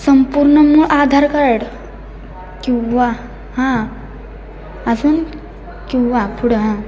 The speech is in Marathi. संपूर्ण मूळ आधार कार्ड किंवा हां अजून किंवा पुढं हां